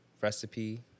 recipe